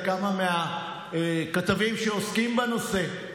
לכמה מהכתבים שעוסקים בנושא.